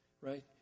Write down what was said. right